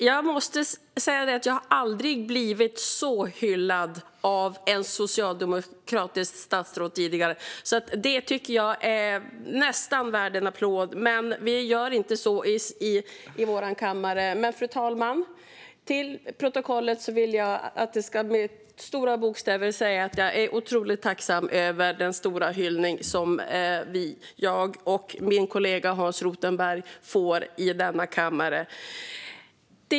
Fru talman! Jag har aldrig tidigare blivit så hyllad av ett socialdemokratiskt statsråd. Det tycker jag nästan är värt en applåd, men så gör vi inte i vår kammare. Jag vill dock, fru talman, med stora bokstäver få fört till protokollet att jag är otroligt tacksam över den stora hyllning som jag och min kollega Hans Rothenberg får i denna kammare.